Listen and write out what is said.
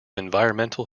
environmental